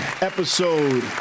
episode